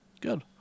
Good